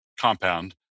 compound